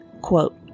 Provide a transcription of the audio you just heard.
Quote